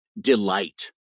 delight